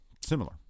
similar